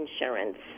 insurance